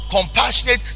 compassionate